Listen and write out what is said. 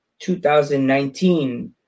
2019